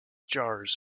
jars